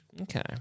okay